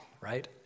right